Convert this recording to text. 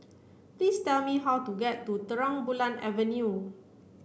please tell me how to get to Terang Bulan Avenue